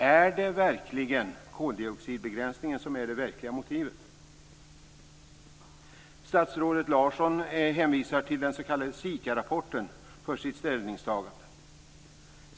Är det verkligen koldioxidbegränsningen som är motivet? Statsrådet Larsson hänvisar till den s.k. SIKA rapporten för sitt ställningstagande.